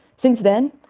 since then,